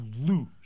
lose